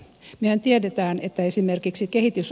mehän tiedämme että esimerkiksi kehitys